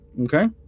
okay